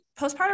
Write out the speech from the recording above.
postpartum